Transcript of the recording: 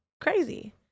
crazy